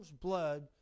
blood